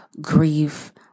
grief